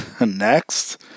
Next